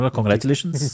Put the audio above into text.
Congratulations